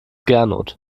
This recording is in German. gernot